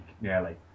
nearly